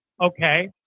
Okay